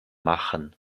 machen